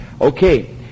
Okay